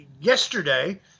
yesterday